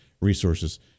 resources